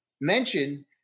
mention